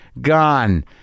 gone